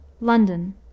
London